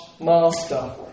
master